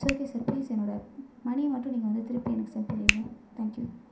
it's okay sir please என்னோடய மனியை மட்டும் நீங்கள் வந்து திருப்பி எனக்கு சென்ட் பண்ணிடுங்க தேங்க்யூ